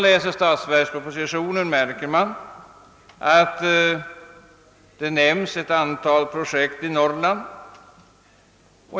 I statsverkspropositionen nämnes ett antal projekt i Norrland.